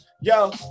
yo